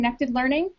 ConnectedLearning